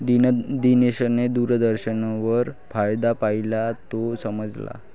दिनेशने दूरदर्शनवर फायदा पाहिला, तो समजला